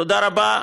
תודה רבה,